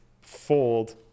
fold